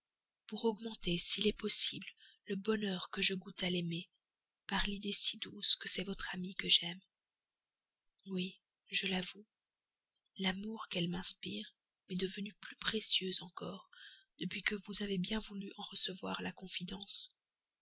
pour augmenter s'il est possible le bonheur que je goûte à l'aimer par l'idée si douce à mon cœur que c'est votre amie que j'aime oui je l'avoue l'amour qu'elle m'inspire m'est devenu plus précieux encore depuis que vous avez bien voulu en recevoir la confidence